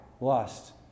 lust